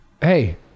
hey